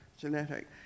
genetic